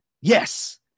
Yes